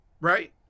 right